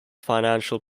financial